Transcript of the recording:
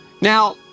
Now